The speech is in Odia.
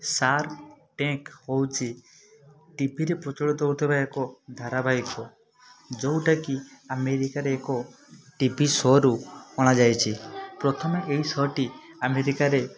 ସାର୍କ୍ ଟ୍ୟାଙ୍କ୍ ହେଉଛି ଟିଭିରେ ପ୍ରଚଳିତ ହେଉଥିବା ଏକ ଧାରାବାହିକ ଯେଉଁଟାକି ଆମେରିକାରେ ଏକ ଟିଭି ଶୋରୁ ଅଣାଯାଇଛି ପ୍ରଥମେ ଏଇ ଶୋଟି ଆମେରିକାରେ